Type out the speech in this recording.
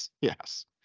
yes